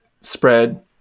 spread